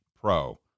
pro